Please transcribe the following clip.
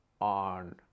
on